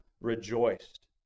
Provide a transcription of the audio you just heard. rejoiced